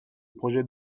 projet